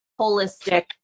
holistic